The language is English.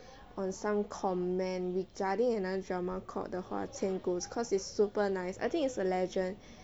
on some comment regarding another drama called the 花千骨 cause it's super nice I think it's a legend